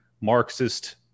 Marxist